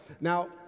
Now